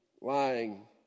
lying